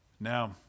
Now